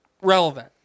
relevant